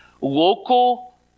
local